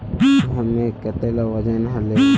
गहोमेर कतेला वजन हले